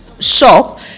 shop